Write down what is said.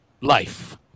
life